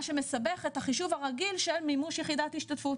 מה שמסבך את החישוב הרגיל של מימוש יחידת השתתפות.